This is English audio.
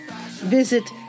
Visit